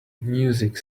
music